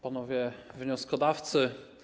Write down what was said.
Panowie Wnioskodawcy!